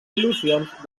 il·lusions